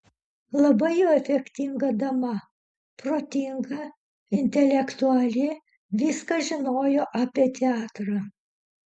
labai jau efektinga dama protinga intelektuali viską žinojo apie teatrą